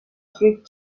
drift